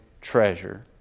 treasure